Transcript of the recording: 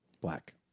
Black